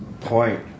point